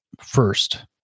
first